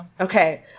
Okay